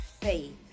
faith